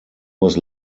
was